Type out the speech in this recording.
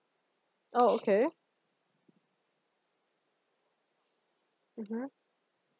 oh okay mmhmm